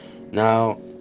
Now